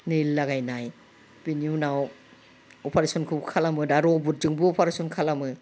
nail लागायनाय बिनि उनाव अपारेसनखौ खालामो दा रबटजोंबो अपारेसन खालामो